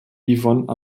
yvonne